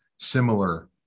similar